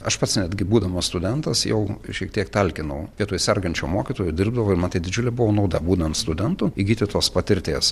aš pats netgi būdamas studentas jau šiek tiek talkinau vietoj sergančio mokytojo dirbdavau ir man tai didžiulė buvo nauda būnant studentu įgyti tos patirties